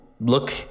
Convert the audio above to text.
look